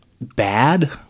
bad